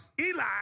Eli